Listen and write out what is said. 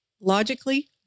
logically